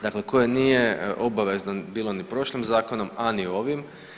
Dakle, koje nije obavezno bilo ni prošlim zakonom, a ni ovim.